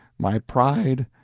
my pride,